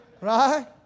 Right